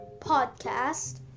podcast